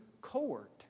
court